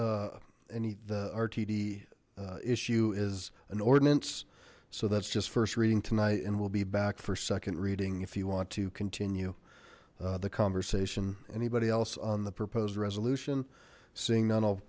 that any the rtd issue is an ordinance so that's just first reading tonight and we'll be back for second reading if you want to continue the conversation anybody else on the proposed resolution seeing none